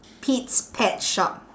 pete's pet shop